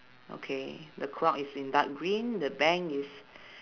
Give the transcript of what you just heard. okay the clock is in dark green the bank is